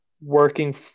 working